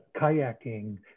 kayaking